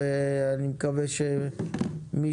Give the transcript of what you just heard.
בדרך כלל לאמידים